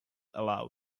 aloud